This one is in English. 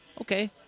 okay